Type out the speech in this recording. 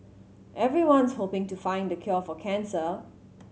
everyone's hoping to find the cure for cancer